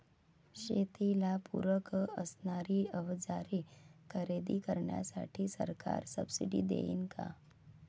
शेतीला पूरक असणारी अवजारे खरेदी करण्यासाठी सरकार सब्सिडी देईन का?